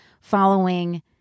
following